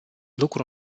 lucru